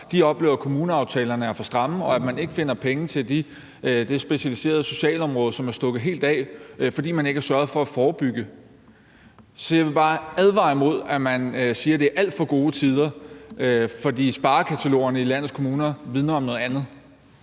De oplever, at kommuneaftalerne er for stramme, og at man ikke finder penge til det specialiserede socialområde, som er stukket helt af, fordi man ikke har sørget for at forebygge. Så jeg vil bare advare imod, at man siger, at der er alt for gode tider. For sparekatalogerne i landets kommuner vidner om noget andet.